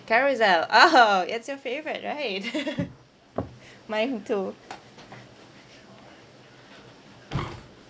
Carousell (uh huh) it's your favourite right mine too